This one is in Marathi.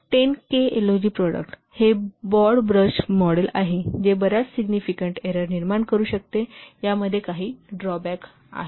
10 KLOC प्रोजेक्ट हे ब्रॉड ब्रश मॉडेल आहे जे बर्याच सिग्निफिकंट एरर निर्माण करू शकतेयामध्ये काही ड्रॉबॅक आहेत